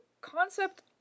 concept